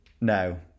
no